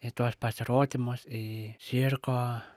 į tuos pasirodymus į cirko